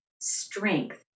strength